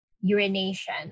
urination